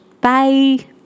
Bye